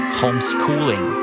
homeschooling